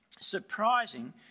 Surprising